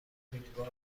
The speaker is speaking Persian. امیدوار